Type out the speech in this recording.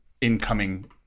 incoming